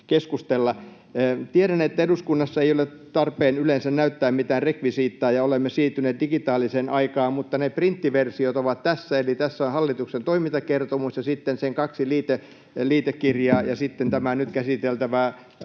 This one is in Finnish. Tiedän, että eduskunnassa ei ole tarpeen yleensä näyttää mitään rekvisiittaa ja olemme siirtyneet digitaaliseen aikaan, mutta ne printtiversiot ovat tässä, [Puhujalla on kädessään julkaisuja] eli tässä on hallituksen toimintakertomus ja sitten sen kaksi liitekirjaa ja sitten tämä nyt käsiteltävä